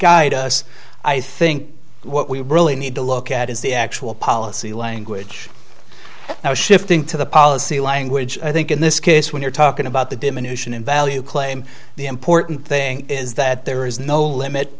guide us i think what we really need to look at is the actual policy language i was shifting to the policy language i think in this case when you're talking about the diminution in value claim the important thing is that there is no limit